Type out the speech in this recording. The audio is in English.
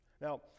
Now